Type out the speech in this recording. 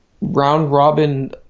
round-robin